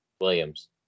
Williams